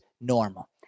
normal